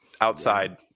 outside –